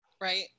right